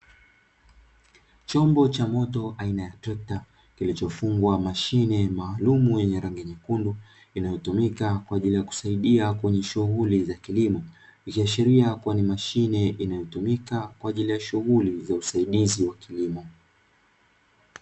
Chombo cha moto aina ya trekta kilichofungwa mashine maalum yenye rangi nyekundu inayotumika kwaajili ya kusaidia kwenye shughuli za kilimo. Ikiashiria kua ni mashine inayo tumika kwaajili ya shughuli za usaidizi wa kilimo